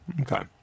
Okay